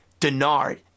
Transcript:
Denard